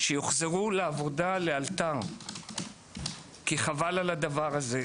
שיחזרו הפבלוטומיסטים לעבודה לאלתר כי חבל על לזה.